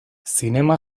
zinema